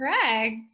correct